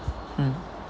mm